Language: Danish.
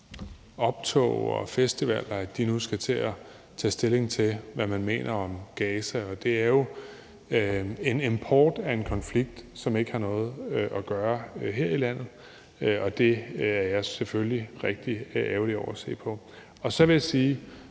optog og festivaler. De skal nu til at tage stilling til, hvad man mener om Gaza. Og det er jo en import af en konflikt, som ikke har noget at gøre her i landet, og det er jeg selvfølgelig rigtig ærgerlig over at se på. Så vil jeg,